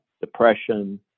depression